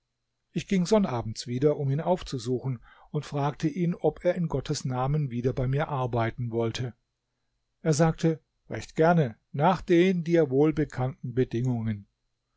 ich ging sonnabends wieder um ihn aufzusuchen und fragte ihn ob er in gottes namen wieder bei mir arbeiten wollte er sagte recht gerne nach den dir wohlbekannten bedingungen